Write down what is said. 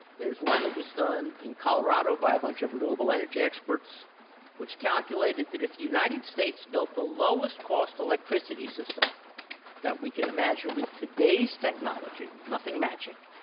there's one that was done in colorado by a bunch of renewable energy experts which calculated that if the united states built the lowest cost electricity system that we can imagine with today's technology, nothing magic,